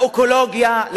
לאקולוגיה,